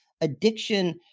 addiction